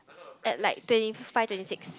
at like twenty five twenty six